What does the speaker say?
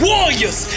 warriors